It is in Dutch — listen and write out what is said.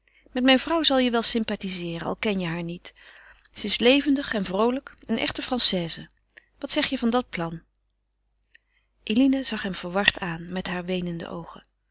met mijn vrouw zal je wel sympathizeeren al ken je haar niet ze is levendig en vroolijk een echte française wat zeg je van dat plan eline zag hem verward aan met haar weenende oogen